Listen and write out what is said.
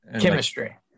Chemistry